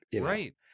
right